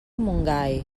montgai